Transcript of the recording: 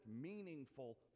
meaningful